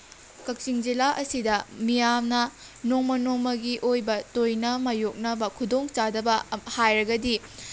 ꯀꯛꯆꯤꯡ ꯖꯤꯂꯥ ꯑꯁꯤꯗ ꯃꯤꯌꯥꯝꯅ ꯅꯣꯡꯃ ꯅꯣꯡꯃꯒꯤ ꯑꯣꯏꯕ ꯇꯣꯏꯅ ꯃꯥꯏꯌꯣꯛꯅꯕ ꯈꯨꯗꯣꯡꯆꯥꯗꯕ ꯍꯥꯏꯔꯒꯗꯤ